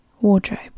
wardrobe